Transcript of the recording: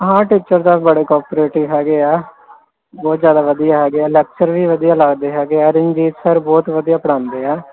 ਹਾਂ ਟੀਚਰ ਤਾਂ ਬੜੇ ਕੋਪਰੇਟਿਵ ਹੈਗੇ ਆ ਬਹੁਤ ਜ਼ਿਆਦਾ ਵਧੀਆ ਹੈਗੇ ਲੈਕਚਰ ਵੀ ਵਧੀਆ ਲੱਗਦੇ ਹੈਗੇ ਆ ਰਣਜੀਤ ਸਰ ਬਹੁਤ ਵਧੀਆ ਪੜ੍ਹਾਉਂਦੇ ਆ